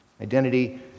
Identity